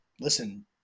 listen